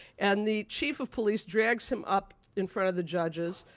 and the chief of police drags him up in front of the judges.